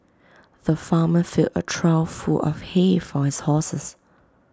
the farmer filled A trough full of hay for his horses